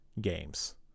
games